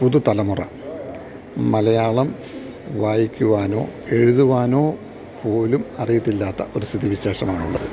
പുതുതലമുറ മലയാളം വായിക്കുവാനോ എഴുതുവാനോ പോലും അറിയത്തില്ലാത്ത ഒരു സ്ഥിതിവിശേഷമാണുള്ളത്